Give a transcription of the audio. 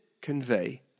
convey